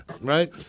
right